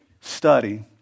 study